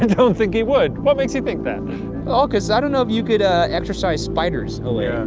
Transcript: and don't think he would, what makes you think that? ah, cause i don't know if you could ah, exorcise spiders away. um